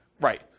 Right